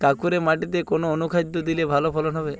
কাঁকুরে মাটিতে কোন অনুখাদ্য দিলে ভালো ফলন হবে?